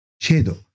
shadow